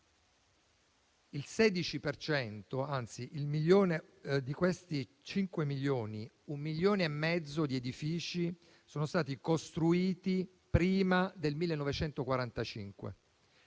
di questi cinque milioni, un milione e mezzo di edifici sono stati costruiti prima del 1945